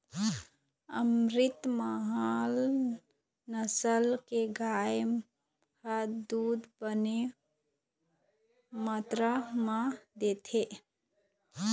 अमरितमहल नसल के गाय ह दूद बने मातरा म देथे